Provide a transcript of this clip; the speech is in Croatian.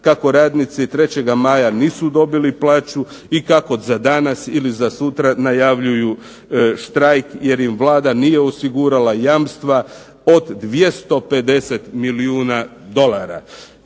kako radnici 3. maja nisu dobili plaću i kako za danas ili za sutra najavljuju štrajk jer im Vlada nije osigurala jamstva od 250 milijuna dolara.